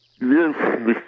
Yes